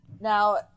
Now